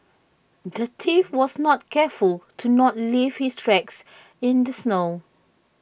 the thief was not careful to not leave his tracks in the snow